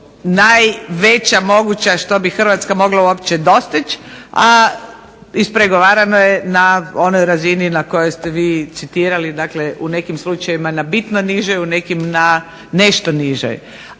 najveća moguća što bi Hrvatska uopće mogla dostići, a ispregovarano je na onoj razini na kojoj ste vi citirali dakle u nekim slučajevima na bitno niže u nekim na nešto nižoj.